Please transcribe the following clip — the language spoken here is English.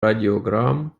radiogram